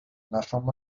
naszą